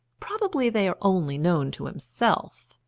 probably they are only known to himself.